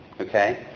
okay